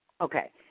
Okay